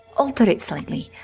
alter it slightly,